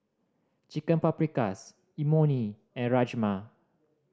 Chicken Paprikas Imoni and Rajma